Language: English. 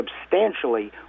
substantially